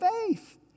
faith